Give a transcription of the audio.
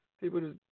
people